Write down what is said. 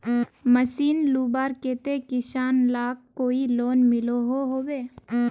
Machine लुबार केते किसान लाक कोई लोन मिलोहो होबे?